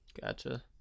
Gotcha